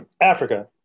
africa